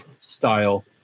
style